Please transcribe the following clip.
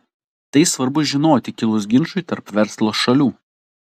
tai svarbu žinoti kilus ginčui tarp verslo šalių